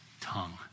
tongue